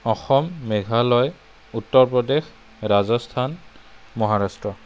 Assam Meghalaya Uttar Pradesh Rajasthan Maharashtra